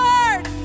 Lord